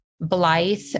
Blythe